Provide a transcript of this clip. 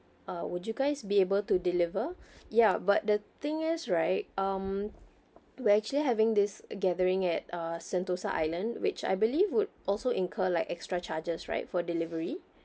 uh would you guys be able to deliver ya but the thing is right um we're actually having this gathering at sentosa island which I believe would also incur like extra charges right for delivery